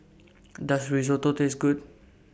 Does Risotto Taste Good